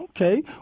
Okay